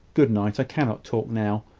good-night! i cannot talk now.